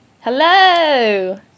Hello